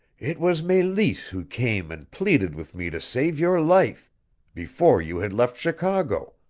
it was meleese who came and pleaded with me to save your life before you had left chicago,